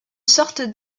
sorte